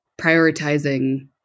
prioritizing